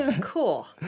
Cool